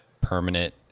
permanent